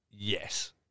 Yes